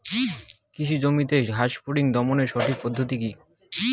কৃষি জমিতে ঘাস ফরিঙ দমনের সঠিক পদ্ধতি কি?